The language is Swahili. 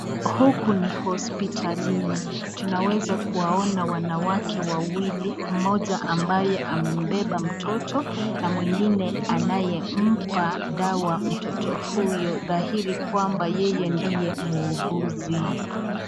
Huku ni hospitalini. Tunaweza kuwaona wanawake wawili, mmoja ambaye amembeba mtoto, na mwingine anayempa dawa mtoto huyo, dhahiri kwamba yeye ndiye muuguzi.